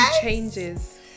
changes